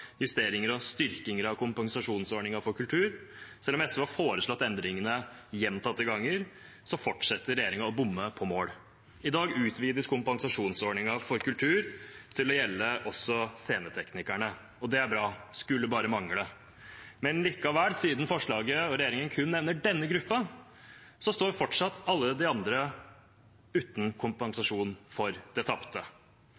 styrkinger av kompensasjonsordningen for kultur, selv om SV har foreslått endringene gjentatte ganger, fortsetter regjeringen å bomme på mål. I dag utvides kompensasjonsordningen for kultur til også å gjelde sceneteknikerne. Det er bra, det skulle bare mangle. Men likevel, siden forslaget og regjeringen kun nevner denne gruppa, står fortsatt alle de andre uten